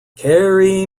carry